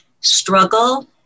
struggle